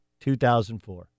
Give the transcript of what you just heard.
2004